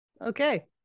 Okay